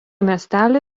miestelio